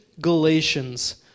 Galatians